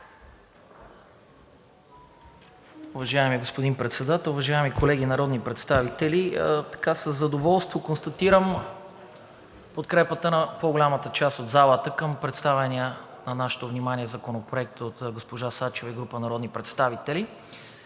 Уважаеми господин Председател, уважаеми колеги народни представители! Със задоволство констатирам подкрепата на по-голямата част от залата към представения на нашето внимание законопроект от госпожа Сачева и група народни представители.